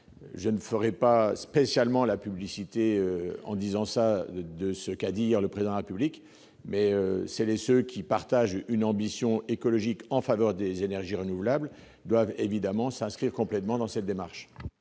je ne fais pas la publicité de ce qu'a dit hier le Président de la République. Celles et ceux qui partagent une ambition écologique en faveur des énergies renouvelables doivent, à l'évidence, s'inscrire complètement dans cette démarche.